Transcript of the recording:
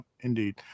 indeed